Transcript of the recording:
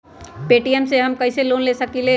Paytm से हम कईसे लोन ले सकीले?